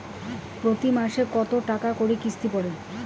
প্রতি মাসে কতো টাকা করি কিস্তি পরে?